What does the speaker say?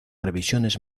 revisiones